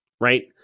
Right